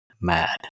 mad